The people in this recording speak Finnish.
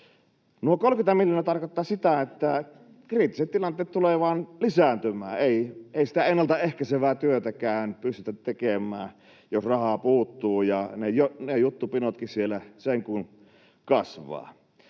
Nuo 30 miljoonaa tarkoittavat sitä, että kriittiset tilanteet tulevat vain lisääntymään. Ei sitä ennalta ehkäisevää työtäkään pystytään tekemään, jos rahaa puuttuu ja ne juttupinotkin siellä sen kun kasvavat.